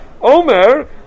Omer